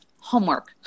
homework